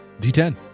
d10